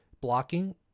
blocking